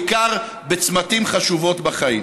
בעיקר בצמתים חשובים בחיים.